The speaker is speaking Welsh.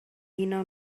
uno